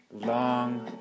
Long